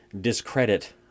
discredit